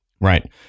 Right